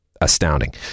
astounding